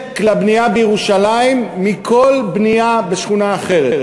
לבנייה בירושלים מכל בנייה בשכונה אחרת.